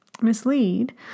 mislead